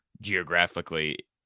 geographically